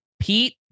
Pete